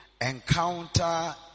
encounter